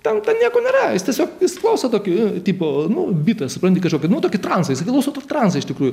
kad nu ten nieko nėra jis tiesiog jis klauso tokių tipo nu bitą supranti kažkokį nu tokį transą jisai klaus tokį transą iš tikrųjų